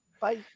bye